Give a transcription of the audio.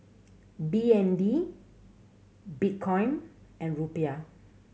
B N D Bitcoin and Rupiah